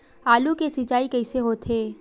आलू के सिंचाई कइसे होथे?